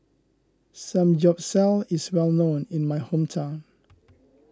Samgyeopsal is well known in my hometown